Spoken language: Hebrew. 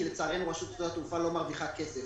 לצערנו רשות שדות התעופה לא מרוויחה כסף.